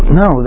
no